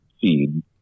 seed